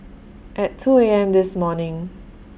At two A M This morning